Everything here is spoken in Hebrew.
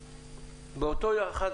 באותו יחס,